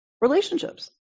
relationships